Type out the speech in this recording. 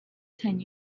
ten